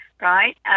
right